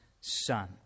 Son